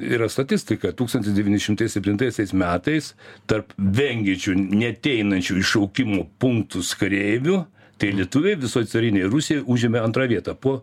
yra statistika tūkstantis devyni šimtai septintaisiais metais tarp vengiančių neateinančių į šaukimų punktus kareivių tai lietuviai visoj carinėj rusijoj užėmė antrą vietą po